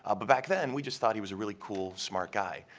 ah but back then we just thought he was a really cool, smart guy.